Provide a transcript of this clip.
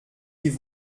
die